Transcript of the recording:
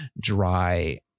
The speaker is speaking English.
dry